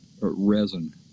resin